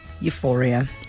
Euphoria